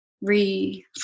re